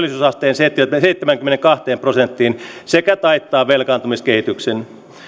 nostaa työllisyysasteen seitsemäänkymmeneenkahteen prosenttiin sekä taittaa velkaantumiskehityksen